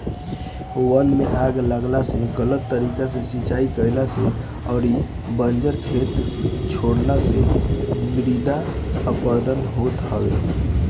वन में आग लागला से, गलत तरीका से सिंचाई कईला से अउरी बंजर खेत छोड़ला से मृदा अपरदन होत हवे